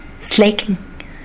slaking